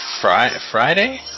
Friday